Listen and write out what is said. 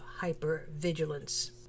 hypervigilance